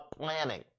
planning